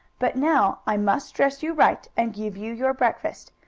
but now i must dress you right and give you your breakfast.